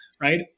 Right